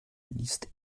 liest